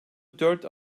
dört